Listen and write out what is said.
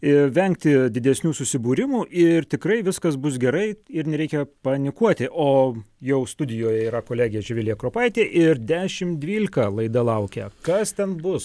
ir vengti didesnių susibūrimų ir tikrai viskas bus gerai ir nereikia panikuoti o jau studijoje yra kolegė živilė kropaitė ir dešimt dvylika laida laukia kas ten bus